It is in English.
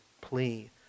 plea